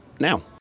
now